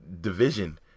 division